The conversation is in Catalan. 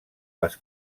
les